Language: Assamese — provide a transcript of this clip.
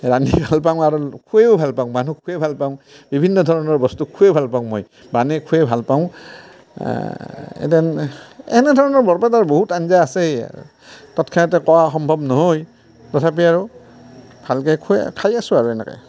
ৰান্ধি ভাল পাওঁ আৰু খুৱেও ভাল পাওঁ মানুহক খুৱে ভাল পাওঁ বিভিন্ন ধৰণৰ বস্তু খুৱে ভাল পাওঁ মই বানে খুৱে ভাল পাওঁ এথেন এনেধৰণৰ বৰপেটাৰ বহুত আঞ্জা আছেই আৰ ততক্ষণতে কোৱা সম্ভৱ নহয় তথাপি আৰু ভালকৈ খুৱে খায় আছোঁ আৰু এনেকৈ